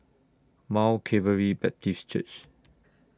Mount Calvary Baptist Church